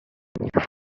further